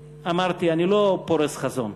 אמרתי: אני לא פורס חזון,